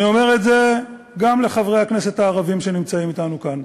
אני אומר את זה גם לחברי הכנסת הערבים שנמצאים אתנו כאן.